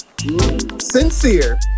Sincere